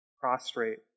prostrate